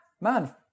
man